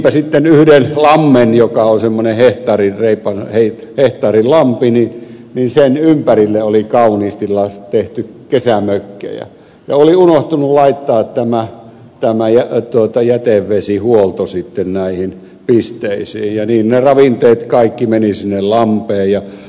niinpä sitten yhden lammen joka on semmoinen reippaan hehtaarin repo ohi petteri lampinen ei lampi ympärille oli kauniisti tehty kesämökkejä ja oli unohtunut laittaa tämä jätevesihuolto sitten näihin pisteisiin ja niin ne ravinteet kaikki menivät sinne lampeen